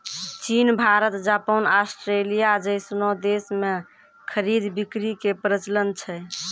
चीन Bharat Japan Australia जैसनो देश मे खरीद बिक्री के प्रचलन छै